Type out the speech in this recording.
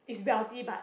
is wealthy but